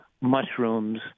Mushrooms